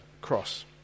cross